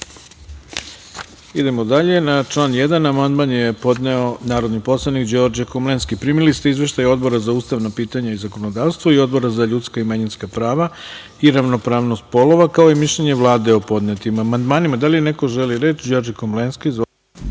Hvala. Na član 1. amandman je podneo narodni poslanik, Đorđe Komlenski. Primili ste i Izveštaj Odbora za ustavna pitanja i zakonodavstvo i Odbra za ljudska i manjinska prava i ravnopravnost polova, kao i mišljenje Vlade o podnetim amandmanima. Da li neko želi reč? (Da.) **Đorđe Komlenski**